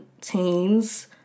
teens